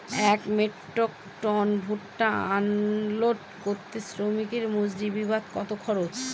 এক metric ton ভুট্টা unload করতে শ্রমিকের মজুরি বাবদ কত খরচ হয়?